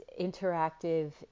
interactive